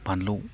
बानलौ